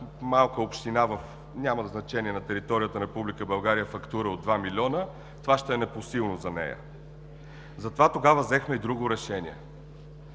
малка община – няма значение, на територията на Република България, фактура от два милиона, това ще е непосилно за нея. Затова тогава взехме и друго решение.